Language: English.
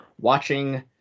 watching